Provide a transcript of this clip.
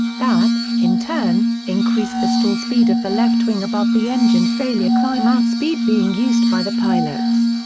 that, in turn, increased the stall speed of the left wing above the engine failure climb out speed being used by the pilots.